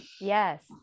Yes